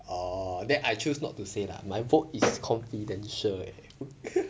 err I choose not to say lah my vote is confidential leh